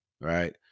right